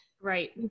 Right